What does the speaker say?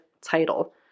title